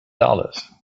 dollars